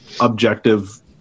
objective